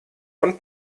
von